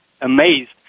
amazed